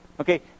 Okay